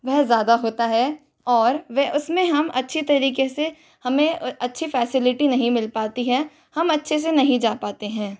वह ज़्यादा होता है और वह उसमें हम अच्छी तरीके से हमें अच्छी फैसिलिटी नहीं मिल पाती है हम अच्छे से नहीं जा पाते हैं